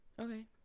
Okay